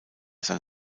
sein